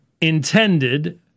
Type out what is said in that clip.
intended